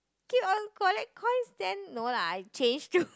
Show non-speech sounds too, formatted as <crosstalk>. keep on collect coins then no lah I change to <laughs>